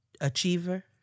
achiever